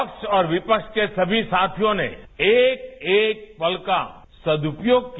पक्ष और विपक्ष के सभी साथियों ने एक एक पल का सदुपयोग किया